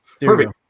Perfect